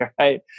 right